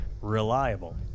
reliable